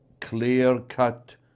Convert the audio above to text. clear-cut